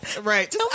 right